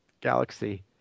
galaxy